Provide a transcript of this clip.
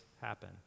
happen